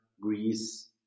Greece